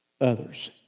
others